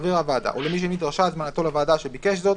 לחבר הוועדה או למי שנדרשה הזמנתו לוועדה שביקש זאת